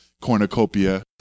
Cornucopia